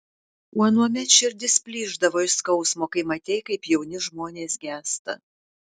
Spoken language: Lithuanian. o anuomet širdis plyšdavo iš skausmo kai matei kaip jauni žmonės gęsta